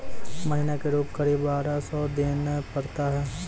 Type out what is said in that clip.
महीना के रूप क़रीब बारह सौ रु देना पड़ता है?